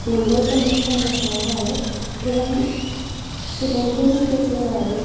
नंगौ जोंनि समाजावहाय गोबां सुबुंफोरनि गेजेराव